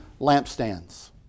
lampstands